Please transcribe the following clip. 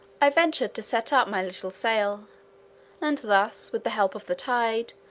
i ventured to set up my little sail and thus, with the help of the tide,